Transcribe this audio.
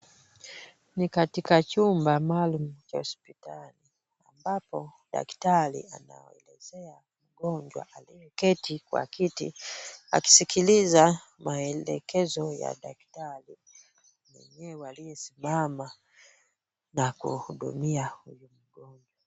Ni katika chumba maalum cha hospitali ambapo daktari anamuelezea mgonjwa aliyeketi kwa kiti akisiliza maelekezo ya daktari. Daktari mwenyewe aliyesimama anapohudumia huyu mgonjwa.